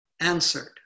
answered